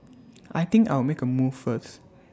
I think I'll make A move first